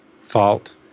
fault